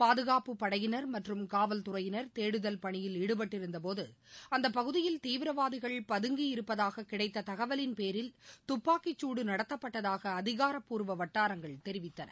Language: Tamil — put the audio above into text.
பாதுகாப்புப் படையினர் மற்றும் காவல் துறையினர் தேடுதல் பணியில் ஈடுபட்டிருந்த போது அந்தப் பகுதியில் தீவிரவாதிகள் பதங்கியிருப்பதாக கிடைத்த தகவலின் பேரில் துப்பாக்கிச்சூடு நடத்தப்பட்டதாக அதிகாரப்பூர்வ வட்டாரங்கள் தெரிவித்தன